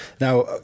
Now